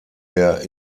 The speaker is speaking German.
der